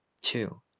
Two